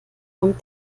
kommt